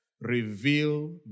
reveal